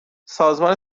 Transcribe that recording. سازمان